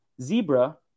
Zebra